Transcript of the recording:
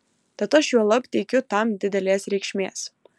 tad aš juolab teikiu tam didelės reikšmės